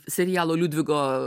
serialo liudvigo